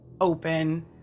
open